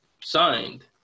signed